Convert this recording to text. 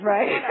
Right